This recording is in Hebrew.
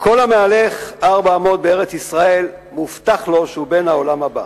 כל המהלך ארבע אמות בארץ-ישראל מובטח לו שהוא בן העולם הבא".